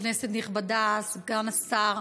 כנסת נכבדה, סגן השר,